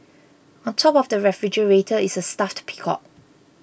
on top of the refrigerator is a stuffed peacock